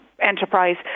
enterprise